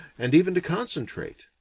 and even to concentrate,